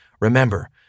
Remember